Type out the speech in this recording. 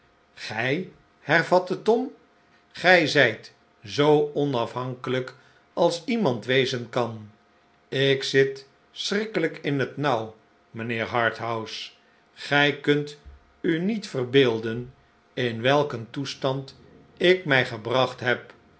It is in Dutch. gij hervatte tom gij zijt zoo onafhankelijk als iemand wezen kan ik zit schrikkelijk in het nauw mijnheer harthouse gij kunt u niet verbeelden in welk een toestand ik mij gebracht heb